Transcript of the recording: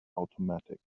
automatic